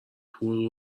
پول